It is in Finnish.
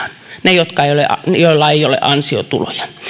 ne joilla ei ole ansiotuloja